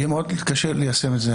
יהיה מאוד קשה ליישם את זה,